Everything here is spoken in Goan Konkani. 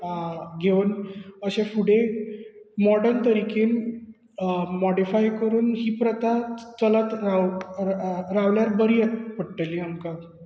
आ घेवन अशें फुडें मॉर्डन तरीकेन अ मॉडिफाय करुन ही प्रथा च चलत रावप अ रावल्यार अ बरी पडटली आमकां